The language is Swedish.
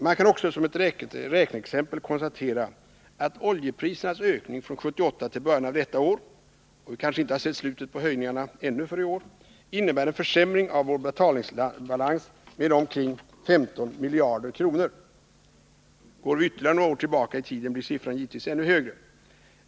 Man kan också som ett räkneexempel konstatera att oljeprisernas ökning från 1978 till början av detta år — och vi har kanske inte sett slutet på höjningarna ännu för i år — innebär en försämring av vår betalningsbalans med omkring 15 miljarder kronor. Går vi ytterligare några år tillbaka i tiden blir siffran givetvis ännu större.